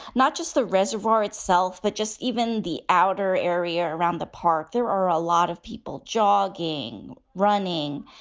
not just the reservoir itself, but just even the outer area around the park. there are a lot of people jogging, running,